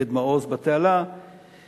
פיקוח רציף ומלא מתבצע כנגד כל פנייה המבוצעת בניגוד